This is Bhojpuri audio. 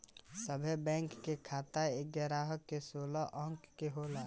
सभे बैंक के खाता एगारह से सोलह अंक के होला